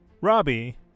Robbie